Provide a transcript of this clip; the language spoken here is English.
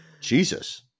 jesus